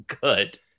good